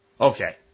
Okay